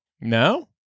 No